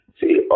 See